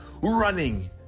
running